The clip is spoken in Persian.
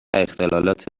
اختلالات